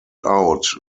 out